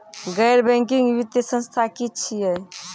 गैर बैंकिंग वित्तीय संस्था की छियै?